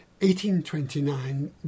1829